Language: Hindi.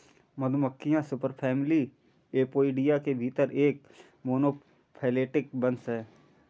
मधुमक्खियां सुपरफैमिली एपोइडिया के भीतर एक मोनोफैलेटिक वंश हैं